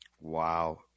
wow